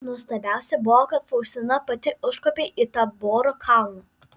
nuostabiausia buvo kad faustina pati užkopė į taboro kalną